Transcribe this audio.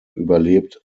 überlebt